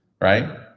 Right